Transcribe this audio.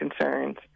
concerns